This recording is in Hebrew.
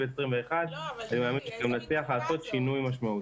2021 ואני מאמין שגם נצליח לעשות שינוי משמעותי.